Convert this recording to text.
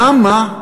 למה?